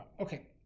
Okay